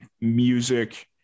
music